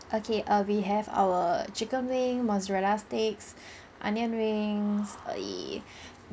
okay err we have our chicken wing mozzarella sticks onion rings err ya